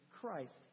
Christ